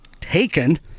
taken